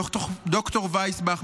ד"ר וייסבאך,